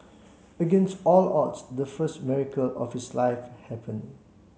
against all odds the first miracle of his life happened